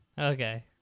Okay